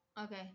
Okay